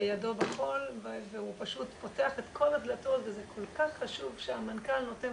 ידו בכול והוא פשוט פותח את כל הדלתות וזה כל כך חשוב שהמנכ"ל נותן,